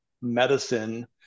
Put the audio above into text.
medicine